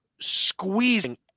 squeezing